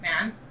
man